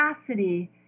capacity